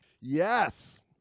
Yes